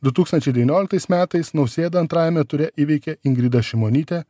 du tūkstančiai devynioliktais metais nausėda antrajame ture įveikė ingridą šimonytę